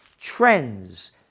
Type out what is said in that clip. Trends